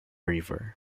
river